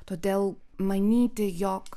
todėl manyti jog